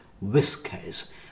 whiskers